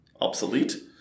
obsolete